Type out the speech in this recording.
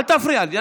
אל תפריע לי.